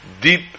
deep